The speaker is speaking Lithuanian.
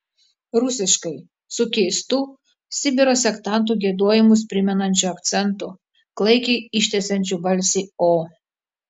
rusiškai su keistu sibiro sektantų giedojimus primenančiu akcentu klaikiai ištęsiančiu balsį o